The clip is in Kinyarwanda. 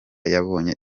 yabonye